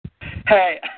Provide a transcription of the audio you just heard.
Hey